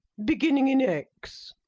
beginning in x.